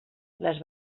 les